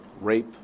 rape